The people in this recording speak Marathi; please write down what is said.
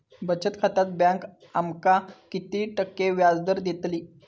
बचत खात्यार बँक आमका किती टक्के व्याजदर देतली?